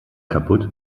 kaputt